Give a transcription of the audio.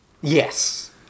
Yes